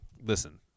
Listen